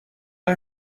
این